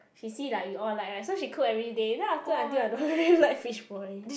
she see like we all like right so she cook everyday then after that until I don't really like fishball already